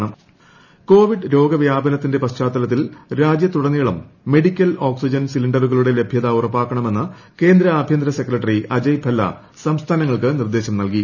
oxygen Covid രോഗവ്യാപനത്തിന്റെ പശ്ചാത്തലത്തിൽ രാജ്യത്തുടനീളം മെഡിക്കൽ ഓക്സിജൻ സിലിണ്ടറുകളുടെ ലഭ്യത ഉറപ്പാക്കണമെന്ന് കേന്ദ്ര ആഭ്യന്തര സെക്രട്ടറി അജയ് ഭല്ല സംസ്ഥാനങ്ങൾക്ക് നിർദേശം നൽകി